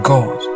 God